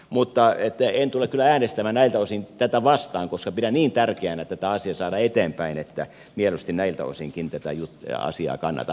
mutta en tule kyllä äänestämään näiltä osin tätä vastaan koska pidän niin tärkeänä tätä asiaa saada eteenpäin että mieluusti näiltä osinkin tätä asiaa kannatan